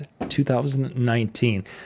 2019